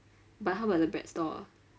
but how about the bread store